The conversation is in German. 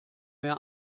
mehr